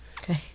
Okay